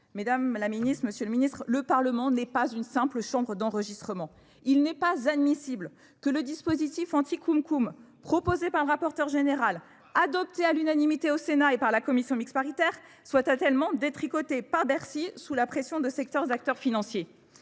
Mesdames la Ministre, Monsieur le Ministre, le Parlement n'est pas une simple chambre d'enregistrement. Il n'est pas admissible que le dispositif anti-coum-coum proposé par le rapporteur général, adopté à l'unanimité au Sénat et par la Commission mixte paritaire, soit à tellement détricoté par Bercy sous la pression de secteurs d'acteurs financiers.